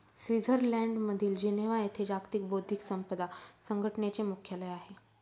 स्वित्झर्लंडमधील जिनेव्हा येथे जागतिक बौद्धिक संपदा संघटनेचे मुख्यालय आहे